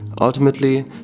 Ultimately